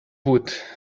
wood